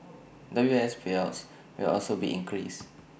W I S payouts will also be increased